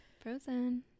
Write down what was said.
Frozen